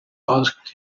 asked